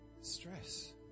Stress